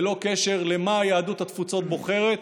ללא קשר למה יהדות התפוצות בוחרת,